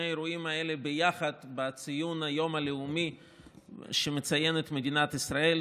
האירועים האלה יחד בציון היום הלאומי שמציינת מדינת ישראל,